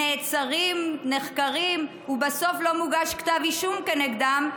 שנעצרים, נחקרים, ובסוף לא מוגש כתב אישום כנגדם,